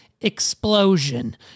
explosion